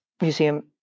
Museum